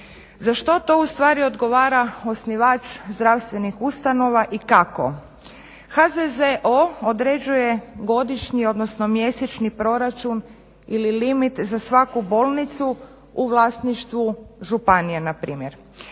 Za što to ustvari odgovara osnivač zdravstvenih ustanova i kako? HZZO određuje godišnji, odnosno mjesečni proračun ili limit za svaku bolnicu u vlasništvu županije na primjer.